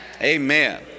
Amen